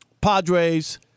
Padres